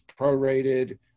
prorated